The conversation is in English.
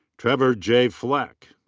trevor j. fleck.